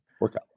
workout